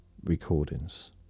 recordings